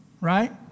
right